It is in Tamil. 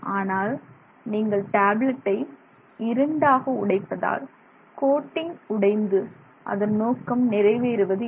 ஆனால் நீங்கள் டேப்லட்டை இரண்டாக உடைப்பதால் கோட்டிங் உடைந்து அதன் நோக்கம் நிறைவேறுவதில்லை